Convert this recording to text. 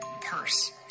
Purse